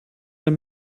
ein